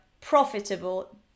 profitable